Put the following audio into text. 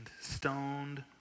stoned